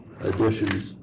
additions